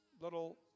Little